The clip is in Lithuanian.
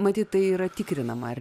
matyt tai yra tikrinama ar